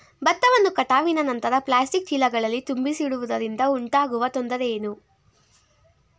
ಭತ್ತವನ್ನು ಕಟಾವಿನ ನಂತರ ಪ್ಲಾಸ್ಟಿಕ್ ಚೀಲಗಳಲ್ಲಿ ತುಂಬಿಸಿಡುವುದರಿಂದ ಉಂಟಾಗುವ ತೊಂದರೆ ಏನು?